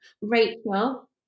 Rachel